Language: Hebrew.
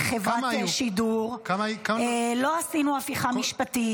לא סגרנו חברת שידור, לא עשינו הפיכה משפטית.